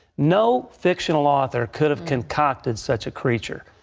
no fictional author could have concocted such a creature.